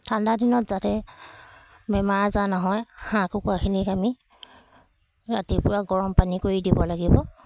ঠাণ্ডা দিনত যাতে বেমাৰ আজাৰ নহয় হাঁহ কুকুৰাখিনিক আমি ৰাতিপুৱা গৰম পানী কৰি দিব লাগিব